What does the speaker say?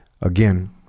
again